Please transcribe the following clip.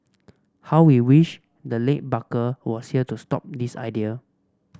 how we wish the late barker was here to stop this idea